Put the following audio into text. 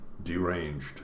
deranged